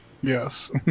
Yes